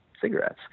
cigarettes